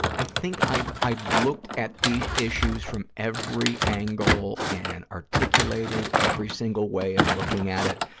i think i've i've looked at these issues from every angle and articulated every single way of looking at it,